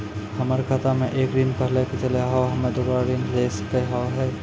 हमर खाता मे एक ऋण पहले के चले हाव हम्मे दोबारा ऋण ले सके हाव हे?